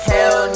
Hell